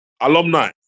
alumni